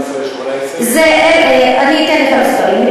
17 18, אני אתן לך מספרים.